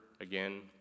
again